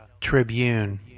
Tribune